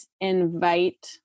invite